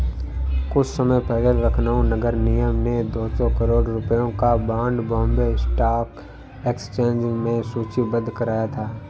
कुछ समय पहले लखनऊ नगर निगम ने दो सौ करोड़ रुपयों का बॉन्ड बॉम्बे स्टॉक एक्सचेंज में सूचीबद्ध कराया था